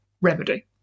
remedy